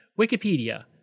Wikipedia